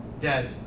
Dead